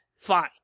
Fine